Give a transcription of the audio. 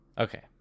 Okay